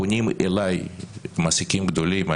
פונים אליי מעסיקים גדולים.